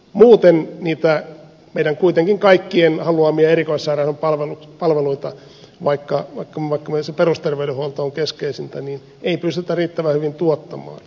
muuten niitä kuitenkin meidän kaikkien haluamia erikoissairaanhoidon palveluita vaikka vain itse perusterveydenhuolto on keskeisintä ei pystytä riittävän hyvin tuottamaan